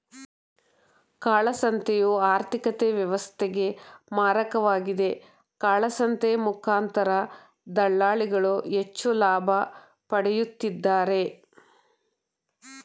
ಕಾಳಸಂತೆಯು ಆರ್ಥಿಕತೆ ವ್ಯವಸ್ಥೆಗೆ ಮಾರಕವಾಗಿದೆ, ಕಾಳಸಂತೆ ಮುಖಾಂತರ ದಳ್ಳಾಳಿಗಳು ಹೆಚ್ಚು ಲಾಭ ಪಡೆಯುತ್ತಿದ್ದಾರೆ